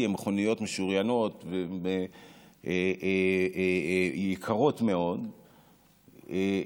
הן מכוניות משוריינות והן יקרות מאוד,